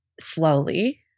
slowly